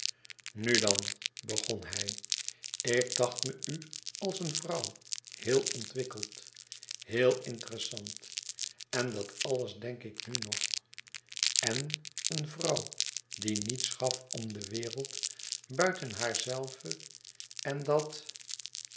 nu dan begon hij ik dacht me u als een vrouw heel ontwikkeld heel interessant en dat alles denk ik nu nog én een vrouw die niets gaf om de wereld buiten haarzelve en dat